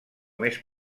més